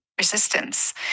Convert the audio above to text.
resistance